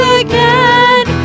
again